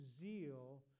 zeal